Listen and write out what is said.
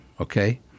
okay